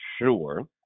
sure